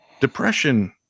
depression